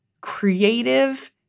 creative